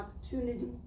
opportunity